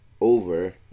Over